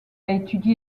étudié